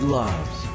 loves